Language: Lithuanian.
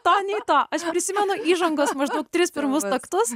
to nei to prisimenu įžangos maždaug tris pirmus taktus